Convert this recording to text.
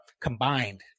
combined